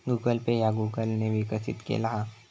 Google Pay ह्या Google ने विकसित केला हा